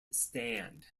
stand